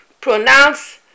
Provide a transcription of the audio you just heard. pronounce